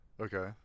Okay